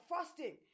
fasting